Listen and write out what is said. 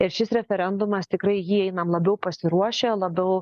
ir šis referendumas tikrai į jį einam labiau pasiruošę labiau